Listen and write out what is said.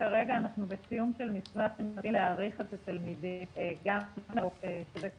כרגע אנחנו בסיום של מסמך להעריך את --- שזה מענה